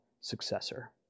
successor